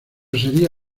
sería